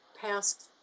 past